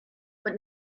but